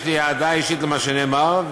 יש לי אהדה אישית למה שנאמר,